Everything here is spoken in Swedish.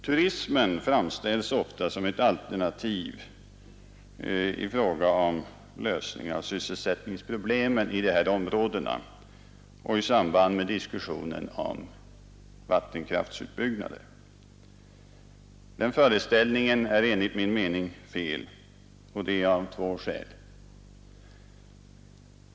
Turismen framställs ofta som en alternativ lösning på sysselsättningsproblemen i de här områdena och i samband med diskussionen om vattenkraftsutbyggnaden. Den föreställningen är enligt min mening oriktig av framför allt två skäl.